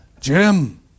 Jim